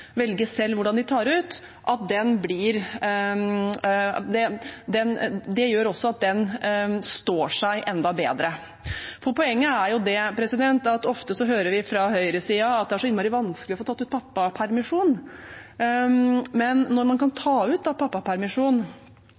velge selv hvordan de tar ut, står seg enda bedre. Ofte hører vi fra høyresiden at det er så innmari vanskelig å få tatt ut pappapermisjon, men når man da kan ta ut